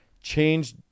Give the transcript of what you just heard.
change